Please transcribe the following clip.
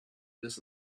this